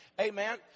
Amen